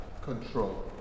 control